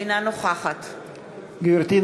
אינה נוכחת גברתי,